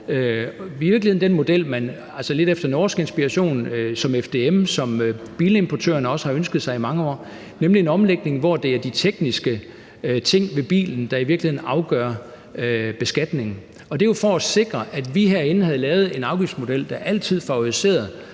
inspiration, som FDM og bilimportørerne også har ønsket sig i mange år, nemlig en omlægning, hvor det er de tekniske ting ved bilen, der afgør beskatningen. Og det var jo for at sikre, at vi herinde lavede en afgiftsmodel, der altid favoriserede